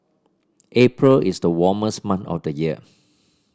April is the warmest month of the year